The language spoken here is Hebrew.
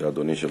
שלוש דקות,